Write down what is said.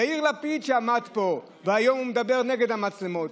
יאיר לפיד, שעמד פה, והיום הוא מדבר נגד המצלמות.